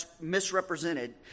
misrepresented